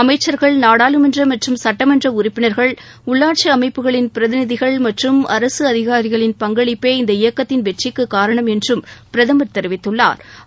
அமைச்சர்கள் நாடாளுமன்ற மற்றும் சுட்டமன்ற உறுப்பினர்கள் உள்ளாட்சி அமைப்புகளின் பிரதிநிதிகள் மற்றும் அரசு அதிகாரிகளின் பங்களிப்பே இந்த இயக்கத்தின் வெற்றிக்கு காரணம் என்றும் பிரகம் தெரிவித்துள்ளா்